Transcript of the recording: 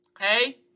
Okay